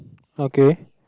okay